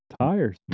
Tires